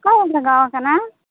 ᱚᱠᱟᱨᱮ ᱞᱟᱜᱟᱣ ᱠᱟᱱᱟ